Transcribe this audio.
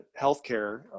healthcare